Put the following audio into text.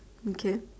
okay